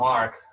Mark